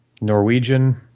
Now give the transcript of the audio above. Norwegian